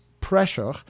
pressure